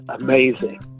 amazing